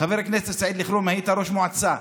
חבר הכנסת סעיד אלחרומי, היית ראש מועצה,